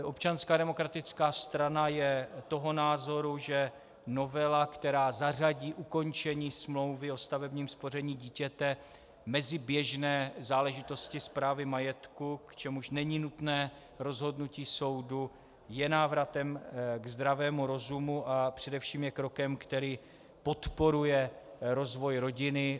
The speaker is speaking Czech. Občanská demokratická strana je toho názoru, že novela, která zařadí ukončení smlouvy o stavebním spoření dítěte mezi běžné záležitosti správy majetku, k čemuž není nutné rozhodnutí soudu, je návratem k zdravému rozumu a především je krokem, který podporuje rozvoj rodiny.